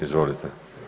Izvolite.